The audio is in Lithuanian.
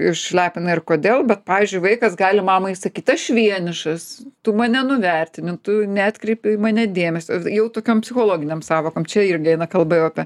išlepina ir kodėl bet pavyzdžiui vaikas gali mamai sakyt aš vienišas tu mane nuvertini tu neatkreipi į mane dėmesio jau tokiom psichologinėm sąvokom čia irgi eina kalba jau apie